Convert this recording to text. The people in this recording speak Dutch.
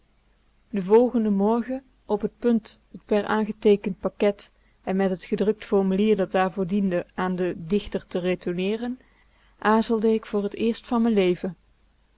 den volgenden morgen op t punt t per aangeteekend pakket en met t gedrukt formulier dat daarvoor diende aan den dichter te retourneeren aarzelde ik voor t eerst van m'n leven